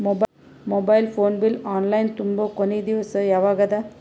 Mobile phone bill online ತುಂಬೊ ಕೊನಿ ದಿವಸ ಯಾವಗದ?